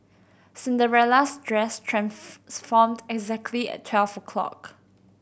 Cinderella's dress transformed exactly at twelve o' clock